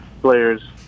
players